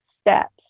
steps